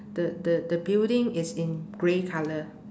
the the the building is in grey colur